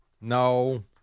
No